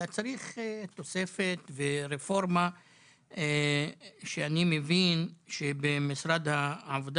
אלא צריך תוספת ורפורמה שאני מבין שבמשרד העבודה